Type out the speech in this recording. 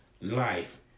life